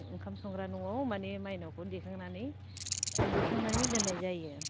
ओंखाम संग्रा न'आव मानि माइनावखौ दिखांनानै दिखांनानै दोननाय जायो